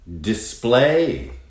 Display